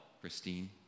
Christine